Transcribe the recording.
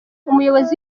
umuyobozi